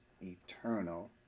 eternal